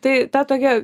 tai ta tokia